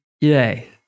yay